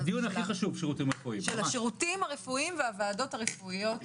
של השירותים הרפואיים והועדות הרפואיות,